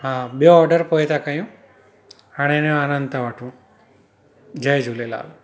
हा ॿियों ऑडर पोए था कयूं हाणे हिनजो आनंदु था वठूं जय झूलेलाल